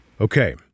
Okay